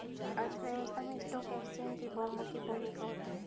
अर्थव्यवस्था में stock exchange की बहुमुखी भूमिका होती है